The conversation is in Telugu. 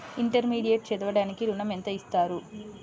ఇంటర్మీడియట్ చదవడానికి ఋణం ఎంత ఇస్తారు?